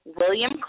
William